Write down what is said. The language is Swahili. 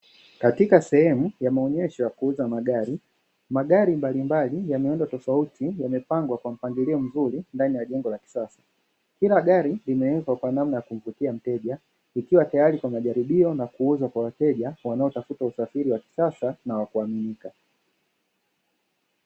Katika sehemu ya maonesho ya kuuza magari, magari mbalimbali ya miundo tofauti yamepangwa kwa mpangilio mzuri ndani ya jengo la kisasa. Kila gari limewekwa kwa namna ya kumvutia mteja, likiwa tayari kwa majaribio na kuuzwa kwa wateja wanaotafuta usafiri wa kisasa na wa kuaminika.